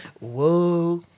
Whoa